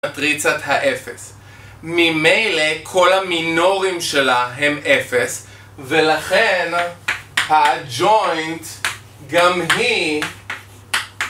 מטריצת האפס, ממילא כל המינורים שלה הם אפס ולכן הג'וינט גם היא